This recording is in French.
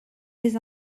des